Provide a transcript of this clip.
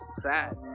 sad